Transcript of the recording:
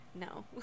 no